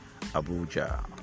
Abuja